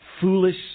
foolish